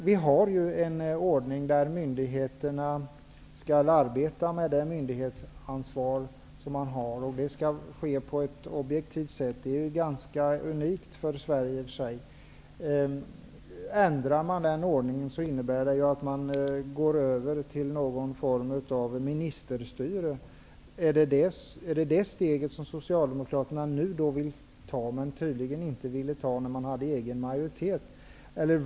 Vi har en ordning som innebär att myndigheterna skall arbeta med det myndighetsansvar som de har. Det skall ske på ett objektivt sätt. Det är i och för sig ganska unikt för Sverige. Om man ändrar denna ordning innebär det att man går över till någon form av ministerstyre. Är det detta steg som Socialdemokraterna nu vill ta, men som de inte ville ta när de hade regeringsmakten?